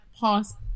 past